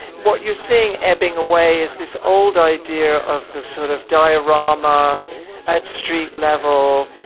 what you're seeing ebbing away is this old idea of the sort of diorama at street level.